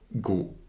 go